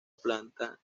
planta